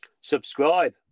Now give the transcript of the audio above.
Subscribe